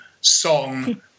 song